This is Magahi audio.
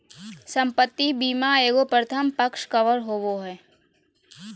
संपत्ति बीमा एगो प्रथम पक्ष कवर होबो हइ